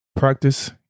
Practice